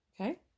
Okay